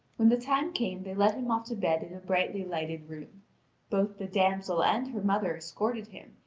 when the time came they led him off to bed in a brightly lighted room both the damsel and her mother escorted him,